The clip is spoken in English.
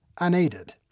unaided